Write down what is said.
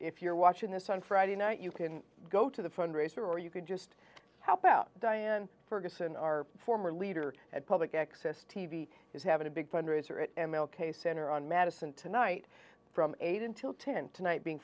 if you're watching this on friday night you can go to the fundraiser or you can just help out diane ferguson our former leader at public access t v is having a big fundraiser at m l k center on madison tonight from eight until ten tonight being